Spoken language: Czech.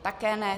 Také ne.